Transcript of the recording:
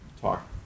Talk